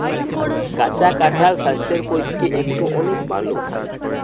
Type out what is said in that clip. কাঁচা কাঁঠাল স্বাস্থ্যের পক্ষে একটো অনেক ভাল ফল